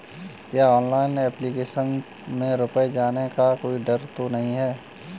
क्या online application में रुपया जाने का कोई डर तो नही है?